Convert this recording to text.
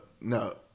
no